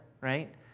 right